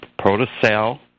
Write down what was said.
Protocell